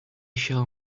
shall